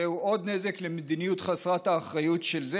זהו עוד נזק של המדיניות חסרת האחריות של זה